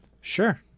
Sure